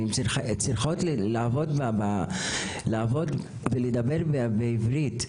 הן צריכות לעבוד ולדבר בעברית.